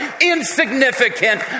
insignificant